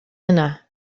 yna